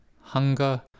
Hunger